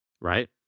Right